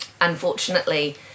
unfortunately